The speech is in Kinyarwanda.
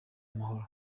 amahoro